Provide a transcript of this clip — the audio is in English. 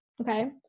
Okay